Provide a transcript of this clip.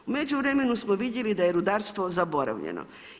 U međuvremenu smo vidjeli da je rudarstvo zaboravljeno.